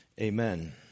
Amen